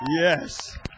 yes